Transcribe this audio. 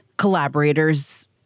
collaborators